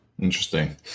Interesting